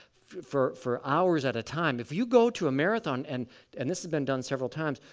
for for hours at a time. if you go to a marathon, and and this has been done several times,